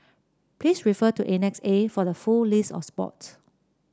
please refer to Annex A for the full list of sport